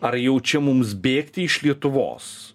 ar jau čia mums bėgti iš lietuvos